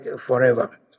forever